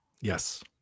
Yes